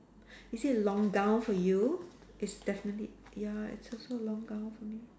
is it a long gown for you it's definitely ya it's also a long gown for me